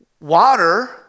Water